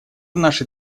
наши